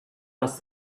ask